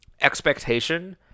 expectation